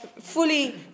fully